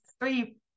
three